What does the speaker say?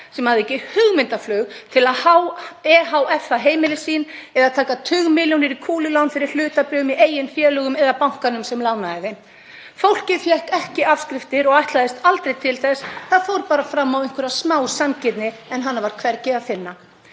sem hafði ekki hugmyndaflug til að ehf-a heimili sín eða taka tugmilljóna króna kúlulán fyrir hlutabréfum í eigin félögum eða bankanum sem lánaði þeim. Fólkið fékk ekki afskriftir og ætlaðist aldrei til þess. Það fór bara fram á einhverja smá sanngirni en hana var hvergi að finna.